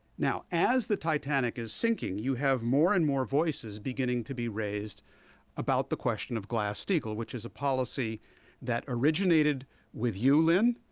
now, as the but like is sinking, you have more and more voices beginning to be raised about the question of glass-steagall, which is a policy that originated with you, lyn,